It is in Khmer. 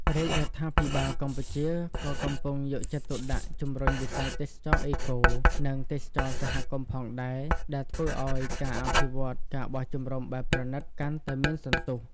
រាជរដ្ឋាភិបាលកម្ពុជាក៏កំពុងយកចិត្តទុកដាក់ជំរុញវិស័យទេសចរណ៍អេកូ និងទេសចរណ៍សហគមន៍ផងដែរ ដែលធ្វើឲ្យការអភិវឌ្ឍ ការបោះជំរំបែបប្រណីត កាន់តែមានសន្ទុះ។